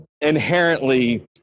inherently